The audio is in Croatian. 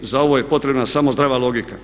Za ovo je potrebna samo zdrava logika.